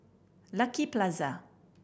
Lucky Plaza